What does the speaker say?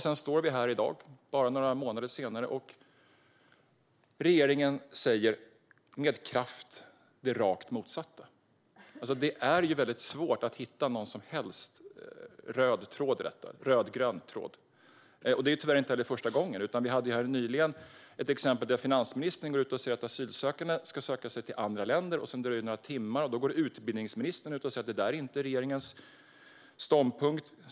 Sedan står vi här i dag, bara några månader senare, och regeringen säger med kraft det rakt motsatta. Det är mycket svårt att hitta någon som helst rödgrön tråd i detta. Det är tyvärr inte heller första gången. Vi hade nyligen ett exempel där finansministern gick ut och sa att asylsökande ska söka sig till andra länder. Sedan dröjde det några timmar innan utbildningsministern gick ut och sa att det inte är regeringens ståndpunkt.